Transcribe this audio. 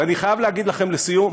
ואני חייב להגיד לכם לסיום: